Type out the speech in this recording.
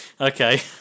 okay